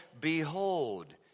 behold